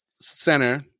center